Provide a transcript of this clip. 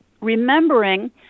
remembering